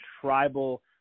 tribal